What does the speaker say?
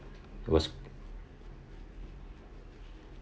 it was